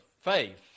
faith